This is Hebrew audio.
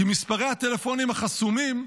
כי מספרי הטלפונים החסומים,